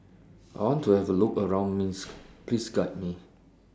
I want to Have A Look around Minsk Please Guide Me